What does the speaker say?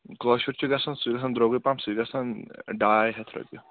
کٲشُر چھُ گژھان سُہ چھِ گژھان درٛۅگٕے پَہَم سُہ چھِ گژھان ڈاے ہَتھ رۄپیہِ